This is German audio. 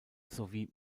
sowie